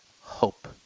hope